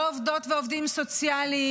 לא עובדות ועובדים סוציאליים,